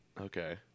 Okay